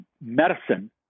medicine